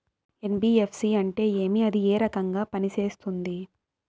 NBFC అంటే ఏమి అది ఏ రకంగా పనిసేస్తుంది